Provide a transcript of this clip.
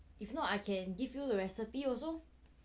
if not I can give you the recipe also